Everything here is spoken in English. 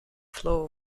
flow